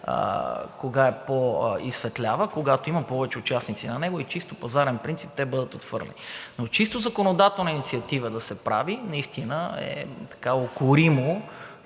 кога поизсветлява – когато има повече участници на него и на чисто пазарен принцип те да бъдат отхвърлени. Чисто законодателна инициатива да се прави наистина е укоримо